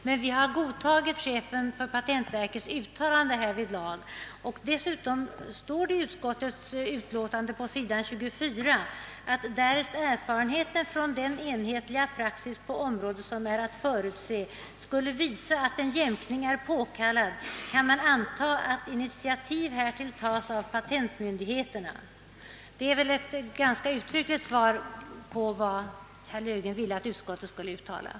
Men utskottet har godtagit chefens för patentverket uttalande härvidlag och dessutom står det i utskottets utlåtande på s. 24: »Därest erfarenheten från den enhetliga nordiska praxis på området, som är att förutse, skulle visa att en jämkning är påkallad kan man anta att initiativ härtill tas av patentmyndigheterna.» Detta är väl ett ganska uttryckligt svar från utskottet i de frågor herr Löfgren berörde.